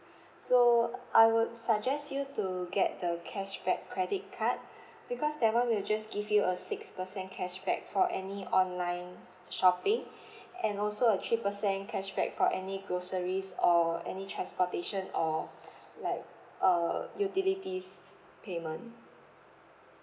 so I would suggest you to get the cashback credit card because that one will just give you a six percent cashback for any online shopping and also a three percent cashback for any groceries or any transportation or like uh utilities payment